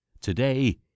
Today